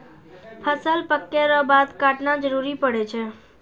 फसल पक्कै रो बाद काटना जरुरी पड़ै छै